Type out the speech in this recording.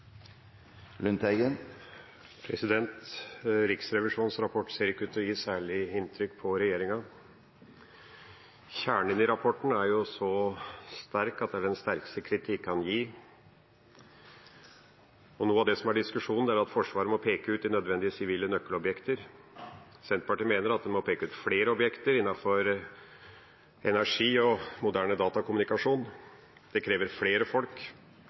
Lundteigen – til oppfølgingsspørsmål. Riksrevisjonens rapport ser ikke ut til å gjøre særlig inntrykk på regjeringa. Kjernen i den rapporten er så sterk at det er den sterkeste kritikk en kan gi. Noe av diskusjonen går på at Forsvaret må peke ut nødvendige sivile nøkkelobjekter. Senterpartiet mener at man må peke ut flere objekter innenfor energi og moderne datakommunikasjon. Det trengs flere folk